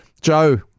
Joe